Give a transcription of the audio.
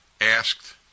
asked